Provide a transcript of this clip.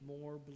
more